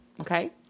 okay